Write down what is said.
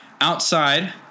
outside